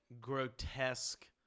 grotesque